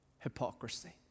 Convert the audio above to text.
Hypocrisy